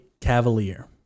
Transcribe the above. Cavalier